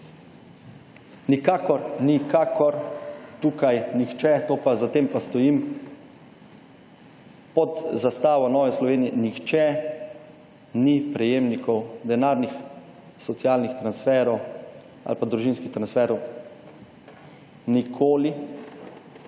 Nikakor, nikakor tukaj nihče, za tem pa stojim, pod zastavo Nove Slovenije nihče ni prejemnikov denarnih socialnih transferov ali družinskih transferov. Nikoli